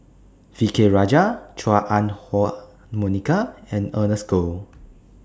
V K Rajah Chua Ah Huwa Monica and Ernest Goh